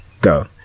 go